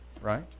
right